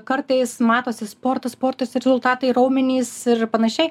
kartais matosi sportas sportas rezultatai raumenys ir panašiai